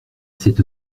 c’est